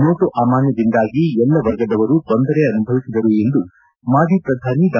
note ಅಮಾನ್ಯದಿಂದಾಗಿ ಎಲ್ಲ ವರ್ಗದವರು ತೊಂದರೆ ಅನುಭವಿಸಿದರು ಎಂದು ಮಾಜಿ ಪ್ರಧಾನಿ ಡಾ